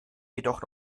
jedoch